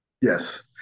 Yes